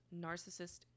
narcissist